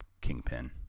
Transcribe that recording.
kingpin